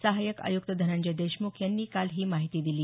सहाय्यक आयुक्त धनंजय देशमुख यांनी काल ही माहिती दिली